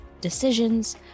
decisions